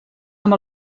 amb